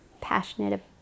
passionate